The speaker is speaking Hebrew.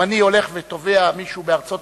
אם אני הולך ותובע מישהו בארצות-הברית,